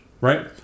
right